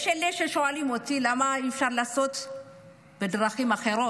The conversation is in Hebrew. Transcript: יש אלה ששואלים אותי למה אי-אפשר לעשות את זה בדרכים אחרות.